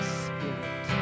spirit